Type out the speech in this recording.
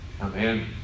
Amen